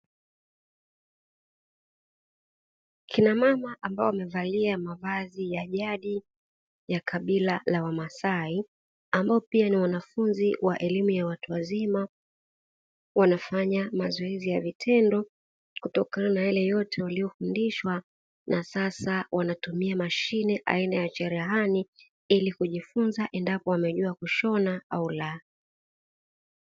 Kina mama ambao wamevalia mavazi ya jadi ya kabila la wamasai, ambao pia ni wanafunzi wa elimu ya watu wazima, wanafanya mazoezi ya vitendo kutokana na yale yote waliyofundishwa, na sasa wanatumia mashine aina ya cherehani ili kujifunza endapo wamejua kushona au la.